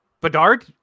Bedard